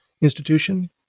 institution